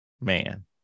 man